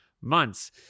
months